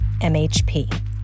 MHP